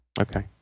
Okay